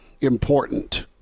important